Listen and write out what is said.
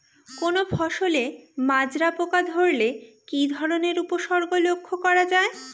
কোনো ফসলে মাজরা পোকা ধরলে কি ধরণের উপসর্গ লক্ষ্য করা যায়?